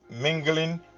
mingling